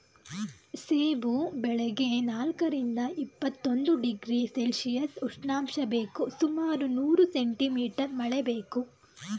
ಸೇಬು ಬೆಳೆಗೆ ನಾಲ್ಕರಿಂದ ಇಪ್ಪತ್ತೊಂದು ಡಿಗ್ರಿ ಸೆಲ್ಶಿಯಸ್ ಉಷ್ಣಾಂಶ ಬೇಕು ಸುಮಾರು ನೂರು ಸೆಂಟಿ ಮೀಟರ್ ಮಳೆ ಬೇಕು